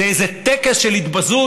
איזה טקס של התבזות